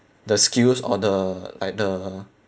the skills or the like the